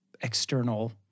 external